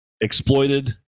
exploited